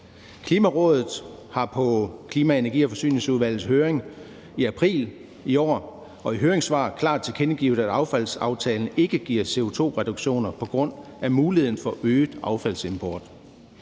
Klimarådet har på Klima-, Energi- og Forsyningsudvalgets høring i april i år og i høringssvar klart tilkendegivet, at affaldsaftalen ikke giver CO2-reduktioner på grund af muligheden for øget affaldsimport.